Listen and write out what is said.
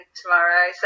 tomorrow